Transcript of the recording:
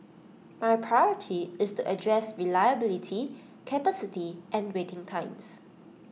my priority is to address reliability capacity and waiting times